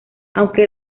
aunque